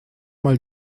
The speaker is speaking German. mal